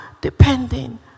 depending